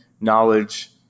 knowledge